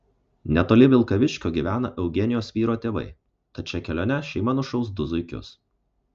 netoli vilkaviškio gyvena eugenijos vyro tėvai tad šia kelione šeima nušaus du zuikius